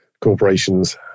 corporations